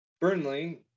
Burnley